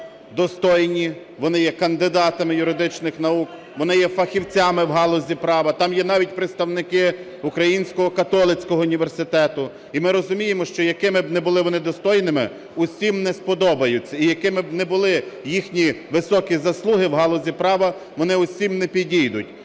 є достойні. Вони є кандидатами юридичних наук. Вони є фахівцями в галузі права. Там є навіть представники Українського католицького університету. І ми розуміємо, що якими б не були вони достойними, усім не сподобаються. І якими б не були їхні високі заслуги в галузі права, вони усім не підійдуть.